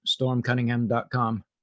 stormcunningham.com